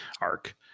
arc